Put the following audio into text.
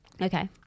Okay